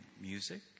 music